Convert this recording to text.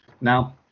Now